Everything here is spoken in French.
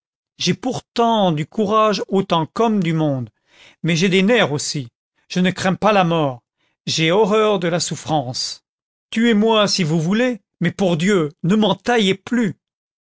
j'ai pourtant du courage autant qu'homme du monde mais j'ai des nerfs aussi je ne crains pas la mort j'ai horreur de la souffrance tuez-moi si vous voulez mais pour dieu ne m'entaillez plus